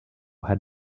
had